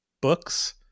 books